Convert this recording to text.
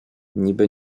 niby